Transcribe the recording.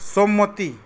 সম্মতি